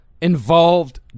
involved